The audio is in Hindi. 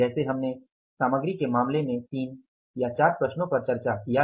जैसे हमने सामग्री के मामले में 3 या 4 प्रश्नों पर चर्चा किआ